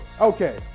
Okay